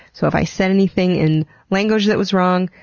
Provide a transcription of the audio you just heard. so if i said anything in language that was wrong,